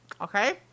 Okay